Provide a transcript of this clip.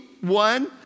one